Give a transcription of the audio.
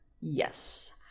Yes